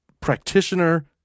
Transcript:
practitioner